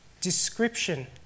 description